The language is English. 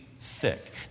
thick